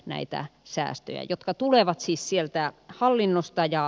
näitä säästöjä jotka tulevat siis sieltä hallinnosta ja